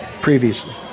previously